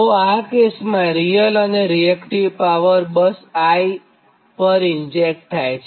તો આ કેસમાં રીયલ અને રીએક્ટીવ પાવર બસ I પર ઇન્જેક્ટ થાય છે